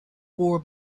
war